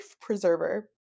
preserver